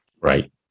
Right